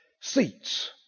seats